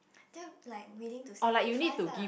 like willing to sacrifice ah